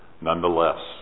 nonetheless